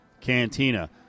Cantina